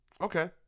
Okay